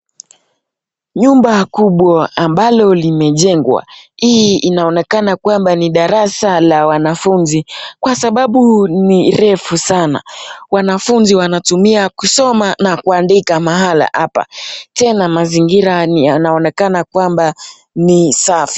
Nyumba kubwa ambalo limejengwa, hii inaonekana kwamba ni darasa la wanafunzi, kwa sababu ni refu sana. Wanafunzi wanatumia kusoma na kuandika mahala hapa. Tena mazingira ni yanaonekana kwamba ni safi.